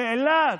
נאלץ,